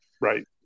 Right